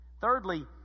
thirdly